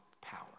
power